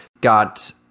got